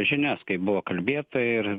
žinias kai buvo kalbėta ir